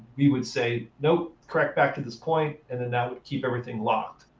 we would say, nope, correct back to this point. and then that would keep everything locked.